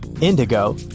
indigo